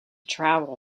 travel